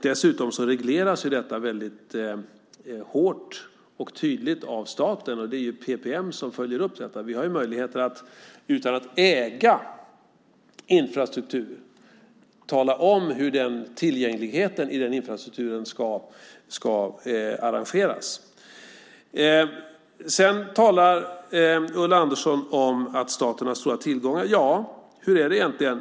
Dessutom regleras detta hårt och tydligt av staten och PPM följer upp detta. Vi har möjligheter, utan att äga infrastruktur, att tala om hur tillgängligheten i infrastrukturen ska arrangeras. Ulla Andersson talar om att staten har stora tillgångar. Hur är det egentligen?